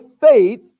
faith